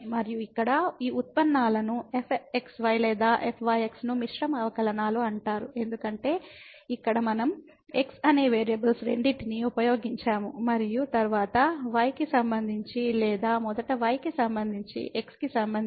మరియు ఇక్కడ ఈ ఉత్పన్నాలను fxy లేదా fyx ను మిశ్రమ అవకలనాలు అంటారు ఎందుకంటే ఇక్కడ మనం x అనే వేరియబుల్స్ రెండింటినీ ఉపయోగించాము మరియు తరువాత y కి సంబంధించి లేదా మొదట y కి సంబంధించి x కి సంబంధించి